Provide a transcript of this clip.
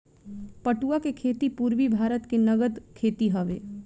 पटुआ के खेती पूरबी भारत के नगद खेती हवे